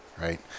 right